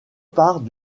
part